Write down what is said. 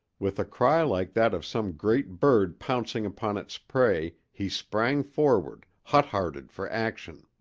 with a cry like that of some great bird pouncing upon its prey he sprang forward, hot-hearted for action!